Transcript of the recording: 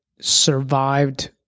survived